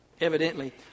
Evidently